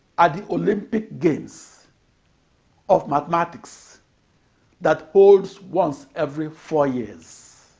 at the olympic games of mathematics that holds once every four years.